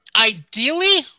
ideally